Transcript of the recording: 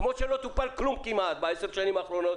כמו שלא טיפלו בכלום כמעט בעשר השנים האחרונות,